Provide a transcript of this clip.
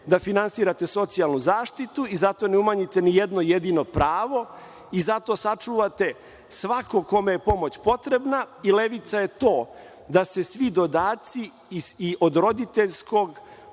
da finansirate socijalnu zaštitu, i zato ne umanjite ni jedno jedino pravo, i zato sačuvate svakog kome je pomoć potrebna. Levica je to da se svi dodaci od roditeljskog,